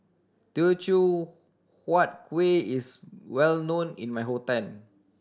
Teochew Huat Kuih is well known in my hometown